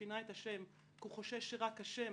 כי הוא חושש שרק השם